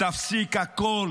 תפסיק הכול